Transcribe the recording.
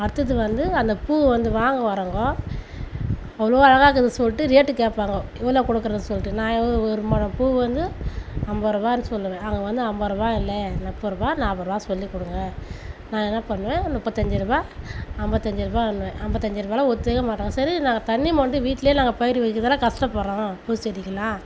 அடுத்தது வந்து அந்த பூ வந்து வாங்க வர்றவங்க அவளோ அழகாக இருக்குதுனு சொல்லிட்டு ரேட் கேட்பாங்க எவ்வளோவு கொடுக்குறனு சொல்லிட்டு நான் எவ்வளோ ஒரு முழம் பூ வந்து ஐம்பது ரூபாய்னு சொல்லுவேன் அவங்க வந்து ஐம்பதுரூபா இல்லை முப்பதுரூபா நாப்பதுரூபானு சொல்லி கொடுங்க நான் என்ன பண்ணுவேன் முப்பத்தஞ்சு ரூபாய் ஐம்பத்தஞ்சி ரூபாய்ன்பேன் ஐம்பத்தஞ்சி ரூபாய்லாம் ஒத்துக்க மாட்டாங்க சரி நாங்கள் தண்ணி மொண்டு வீட்டுலையே நாங்கள் பயிர் வைக்கிறதால கஷ்டப்பட்றோம் பூ செடிக்கெல்லாம்